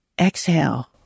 Exhale